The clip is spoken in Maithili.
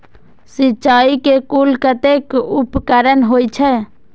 सिंचाई के कुल कतेक उपकरण होई छै?